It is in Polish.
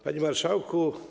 Panie Marszałku!